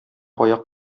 аяк